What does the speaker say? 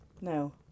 No